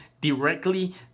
directly